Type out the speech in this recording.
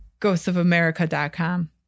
ghostsofamerica.com